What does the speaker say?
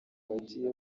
bagiye